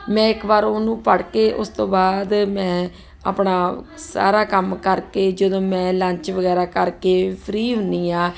ਮੈਂ ਇੱਕ ਵਾਰ ਉਹਨੂੰ ਪੜ੍ਹ ਕੇ ਉਸ ਤੋਂ ਬਾਅਦ ਮੈਂ ਆਪਣਾ ਸਾਰਾ ਕੰਮ ਕਰਕੇ ਜਦੋਂ ਮੈਂ ਲੰਚ ਵਗੈਰਾ ਕਰਕੇ ਫਰੀ ਹੁੰਦੀ ਹਾਂ